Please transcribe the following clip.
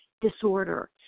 disorder